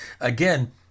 Again